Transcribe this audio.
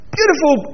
Beautiful